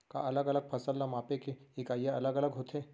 का अलग अलग फसल ला मापे के इकाइयां अलग अलग होथे?